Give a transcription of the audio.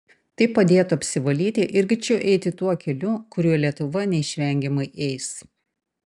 tai padėtų apsivalyti ir greičiau eiti tuo keliu kuriuo lietuva neišvengiamai eis